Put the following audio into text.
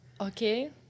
Okay